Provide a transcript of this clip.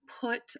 put